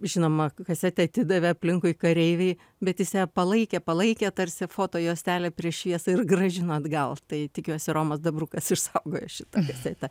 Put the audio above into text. žinoma kasetę atidavė aplinkui kareiviai bet jis ją palaikė palaikė tarsi fotojuostelę prieš šviesą ir grąžino atgal tai tikiuosi romas dabrukas išsaugojo šitą kasetę